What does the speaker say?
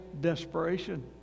desperation